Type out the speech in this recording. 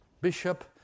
bishop